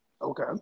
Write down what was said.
Okay